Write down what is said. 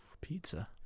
Pizza